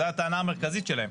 זו הטענה המרכזית שלהם.